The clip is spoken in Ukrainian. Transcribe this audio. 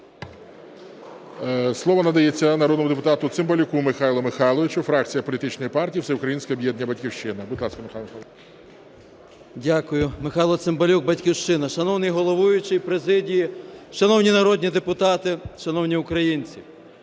Слово надається народному депутату Цимбалюк Михайлу Михайловичу, фракція політичної партії Всеукраїнське об'єднання "Батьківщина". Будь ласка, Михайло Михайлович. 14:38:34 ЦИМБАЛЮК М.М. Дякую. Михайло Цимбалюк, "Батьківщина". Шановний головуючий, президія, шановні народні депутати, шановні українці.